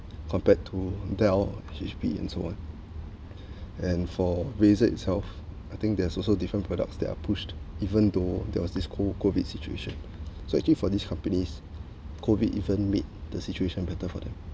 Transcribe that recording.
compared to dell H_P and so on and for razer itself I think there's also different products that are pushed even though there was this whole COVID situation so actually for this companies COVID even make the situation better for them